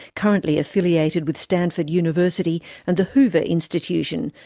currently affiliated with stanford university and the hoover institution,